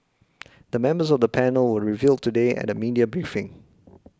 the members of the panel were revealed today at a media briefing